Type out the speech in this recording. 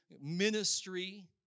ministry